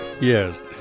yes